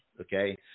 Okay